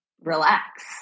relax